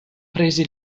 prese